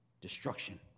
destruction